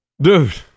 Dude